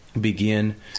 begin